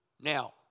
Now